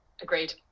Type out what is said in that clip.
Agreed